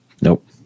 Nope